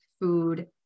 food